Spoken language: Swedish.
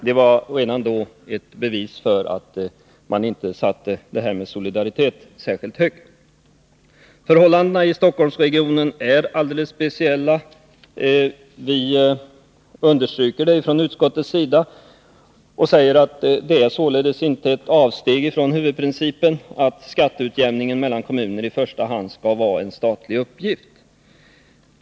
Det var redan då ett bevis för att man inte satte solidariteten särskilt högt. Förhållandena i Stockholmsregionen är alldeles speciella. Vi understryker det från utskottets sida och säger att det således inte är ett avsteg från huvudprincipen att skatteutjämningen mellan kommuner i första hand skall vara en statlig uppgift.